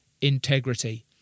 integrity